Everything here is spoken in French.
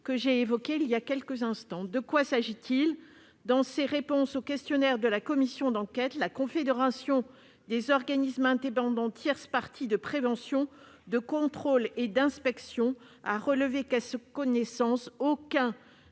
évoquée. De quoi s'agit-il ? Dans ses réponses au questionnaire de la commission d'enquête, la Confédération des organismes indépendants tierce partie de prévention, de contrôle et d'inspection a relevé qu'à sa connaissance aucun